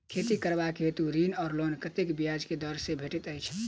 खेती करबाक हेतु ऋण वा लोन कतेक ब्याज केँ दर सँ भेटैत अछि?